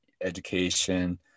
education